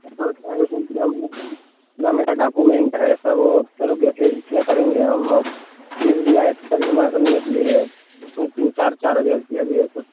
sir क्या है sir मेरा डाकुमेंट सर वो सर वो कैसे क्या करेंगे हम अब फीस भी आए थे सर जमा करने के लिए उसमें तीन चार चार हजार रुपया भी है सर